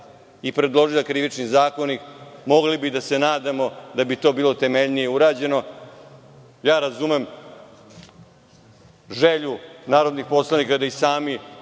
i predložila Krivični zakonik mogli bi da se nadamo da bi to bilo temeljnije urađeno. Razumem želju narodnih poslanika da sami